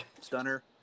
stunner